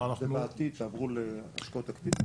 ובעתיד תעברו להשקעות תקציביות?